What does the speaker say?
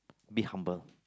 be humble